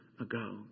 ago